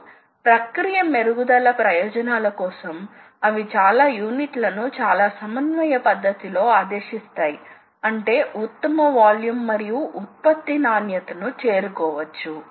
కాబట్టి ఏదో ఒక సమయంలో యంత్రాన్ని నియంత్రించడానికి సంఖ్యా డేటా తప్పనిసరిగా ఉపయోగించబడాలి మరియు సిస్టమ్ ఈ డేటా లో కొంత భాగాన్ని స్వయంచాలకంగా అర్థం చేసుకోవాలి